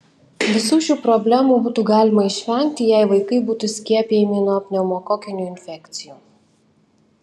visų šių problemų būtų galima išvengti jei vaikai būtų skiepijami nuo pneumokokinių infekcijų